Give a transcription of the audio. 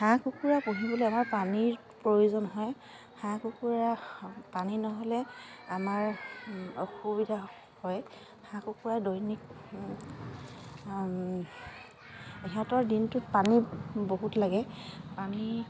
হাঁহ কুকুৰা পুহিবলে আমাৰ পানীৰ প্ৰয়োজন হয় হাঁহ কুকুৰা পানী নহ'লে আমাৰ অসুবিধা হয় হাঁহ কুকুৰা দৈনিক ইহঁতৰ দিনটোত পানী বহুত লাগে পানী